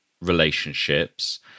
relationships